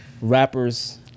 rappers